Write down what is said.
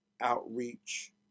outreach